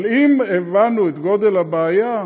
אבל הבנו את גודל הבעיה,